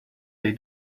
they